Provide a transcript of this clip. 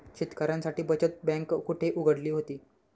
शेतकऱ्यांसाठी बचत बँक कुठे उघडली होती?